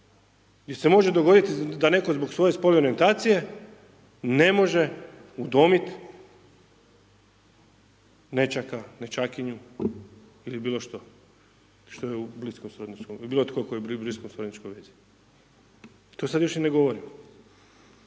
gdje se može dogoditi da netko zbog svoje spolne orijentacije, ne može udomiti nećaka, nećakinju ili bilo što, bilo tko tko je u bliskoj srodničkoj vezi. To sad još i ne govorimo.